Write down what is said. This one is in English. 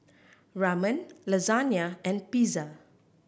Ramen Lasagna and Pizza